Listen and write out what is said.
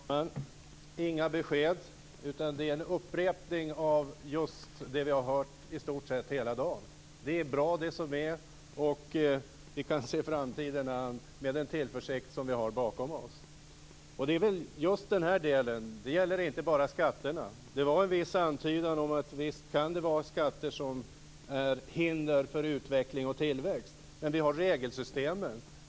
Fru talman! Jag fick inga besked utan en upprepning av just det vi har hört i stort sett hela dagen. Det är bra som det är, och vi kan se framtiden an med den tillförsikt som vi har bakom oss. Det gäller just den här delen, och det gäller inte bara skatterna. Det var en viss antydan om att visst kan det finnas skatter som är hinder för utveckling och tillväxt. Men vi har regelsystemen.